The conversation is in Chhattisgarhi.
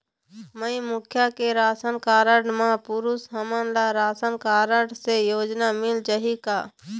माई मुखिया के राशन कारड म पुरुष हमन ला राशन कारड से योजना मिल पाही का?